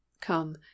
Come